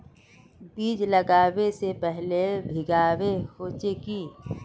बीज लागबे से पहले भींगावे होचे की?